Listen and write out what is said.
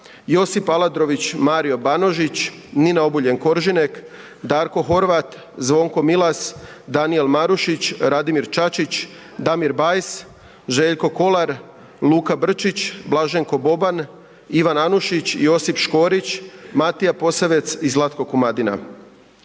Josip Aladrović, Mario Banožić, Nina Obuljen Koržinek, Darko Horvat, Zvonko Milas, Danijel Marušić, Radimir Čačić, Damir Bajs, Željko Kolar, Luka Brčić, Blaženko Boban, Ivan Anušić, Josip Škorić, Matija Posavec i Zlatko Komadina.